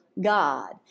God